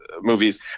movies